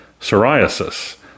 psoriasis